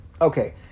okay